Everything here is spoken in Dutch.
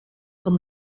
van